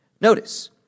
Notice